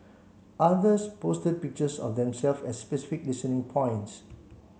others posted pictures of themselves at specific listening points